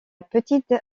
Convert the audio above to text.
petite